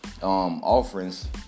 offerings